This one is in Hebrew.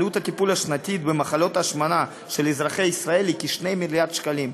עלות הטיפול השנתית במחלות השמנה של אזרחי ישראל היא כ-2 מיליארד שקלים.